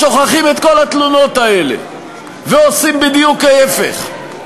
שוכחים את כל התלונות האלה ועושים בדיוק ההפך.